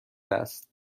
است